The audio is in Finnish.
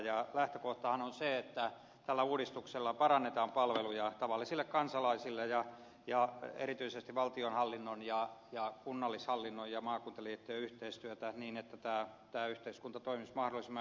ja lähtökohtahan on se että tällä uudistuksella parannetaan palveluja tavallisille kansalaisille ja erityisesti valtionhallinnon ja kunnallishallinnon ja maakuntaliittojen yhteistyötä niin että tämä yhteiskunta toimisi mahdollisimman hyvin